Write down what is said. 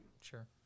Sure